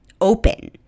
open